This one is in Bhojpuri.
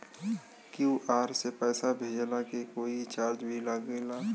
क्यू.आर से पैसा भेजला के कोई चार्ज भी लागेला?